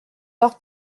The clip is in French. leur